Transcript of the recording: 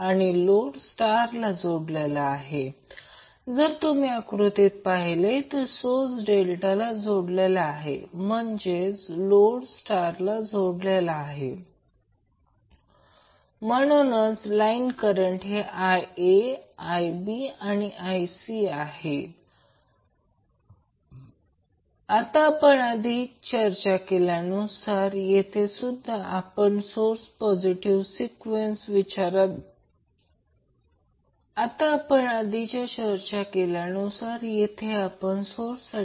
तर पुढे एक लहान उदाहरण घ्या की बॅलन्स कनेक्टेड लोड ज्याचा फेज एमपीडन्स 40 j 25Ω आहे आणि त्याला पॉझिटिव्ह सिक्वन्स Δ कनेक्टेड सोर्सनेpositive sequence Δ connected source सप्लाय दिला आहे